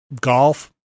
Golf